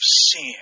sin